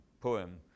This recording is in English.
poem